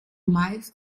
meist